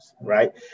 right